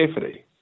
safety